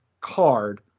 card